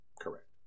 correct